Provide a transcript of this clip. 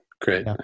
Great